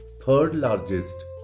third-largest